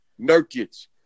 Nurkic